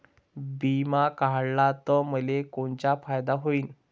बिमा काढला त मले कोनचा फायदा होईन?